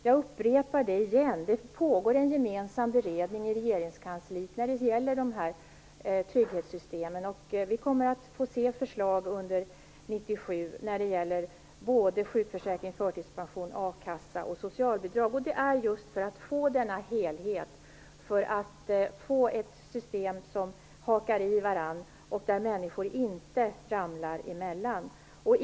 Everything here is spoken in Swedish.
Jag upprepar att det pågår en gemensam beredning i regeringskansliet när det gäller de här trygghetssystemen. Vi kommer att få se förslag under 1997 när det gäller både sjukförsäkring, förtidspension, a-kassa och socialbidrag, och det är just för att få en helhet, för att få ett system där de olika delarna hakar i varandra och där människor inte ramlar mellan stolarna.